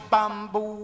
Bamboo